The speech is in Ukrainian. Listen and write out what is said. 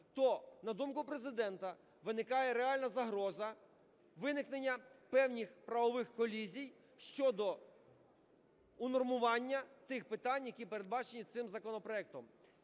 то, на думку Президента, виникає реальна загроза виникнення певних правових колізій щодо унормування тих питань, які передбачені цим законопроектом,